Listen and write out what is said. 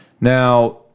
Now